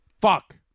Fuck